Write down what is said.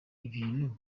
ibintu